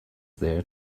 there